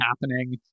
happening